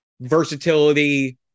versatility